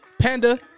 Panda